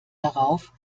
darauf